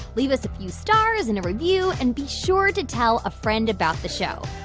leave us a few stars and a review and be sure to tell a friend about the show.